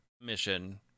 mission